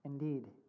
Indeed